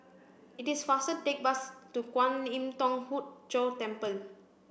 it is faster to take bus to Kwan Im Thong Hood Cho Temple